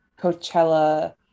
Coachella